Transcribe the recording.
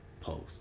post